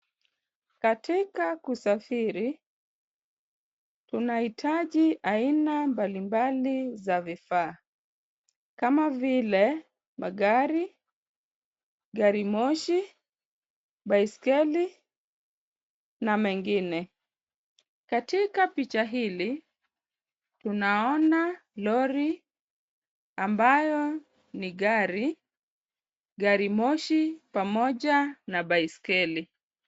Katika kusafiri tunahitaji aina mbalimbali za vifaa, kama vile magari, gari moshi, baiskeli na mengine. Katika picha hili, tunaona lori ambayo ni gari, gari moshi pamoja na baiskeli.